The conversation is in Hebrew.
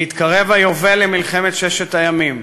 בהתקרב היובל למלחמת ששת הימים,